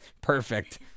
perfect